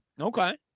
Okay